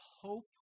hope